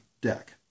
deck